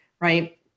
right